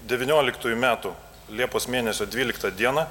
devynioliktųjų metų liepos mėnesio dvyliktą dieną